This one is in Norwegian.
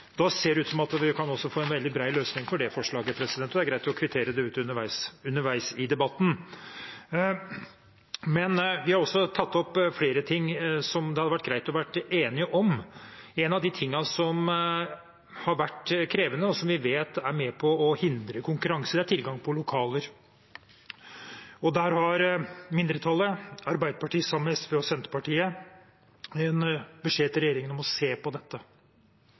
ut som man også kan få en veldig bred løsning for det forslaget. Det er greit å kvittere det ut underveis i debatten. Vi har også tatt opp flere ting som det hadde vært greit å være enige om. En ting som har vært krevende, og som vi vet er med på å hindre konkurranse, er tilgang på lokaler. Der har mindretallet, Arbeiderpartiet sammen med SV og Senterpartiet, en beskjed til regjeringen om å se på dette.